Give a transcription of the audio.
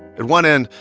at one end,